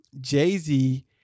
Jay-Z